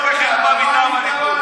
גם אתה היית בושה וחרפה מטעם הליכוד.